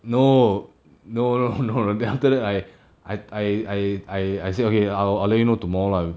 no no no no then after that I I I I I I say okay I'll I'll let you know tomorrow lah